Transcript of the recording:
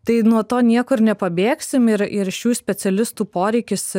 tai nuo to niekur nepabėgsim ir ir šių specialistų poreikis